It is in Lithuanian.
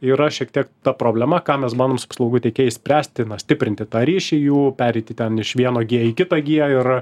yra šiek tiek ta problema ką mes buvom su paslaugų teikėjais spręsti na stiprinti tą ryšį jų pereiti ten iš vieno gie į kitą gie ir